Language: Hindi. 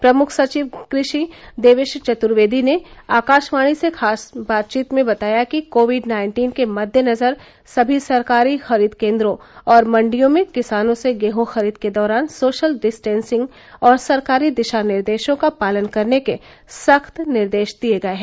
प्रमुख सचिव कृषि देवेश चतुर्वेदी ने आकशवाणी से विशेष बातचीत में बताया कि कोविड नाइन्टीन के मद्देनजर सभी सरकारी खरीद केन्द्रों और मंडियों में किसानों से गेहूँ खरीद के दौरान सोशल डिस्टेंसिंग और सरकारी दिशा निर्देशों का पालन करने के सख्त निर्देश दिये गये हैं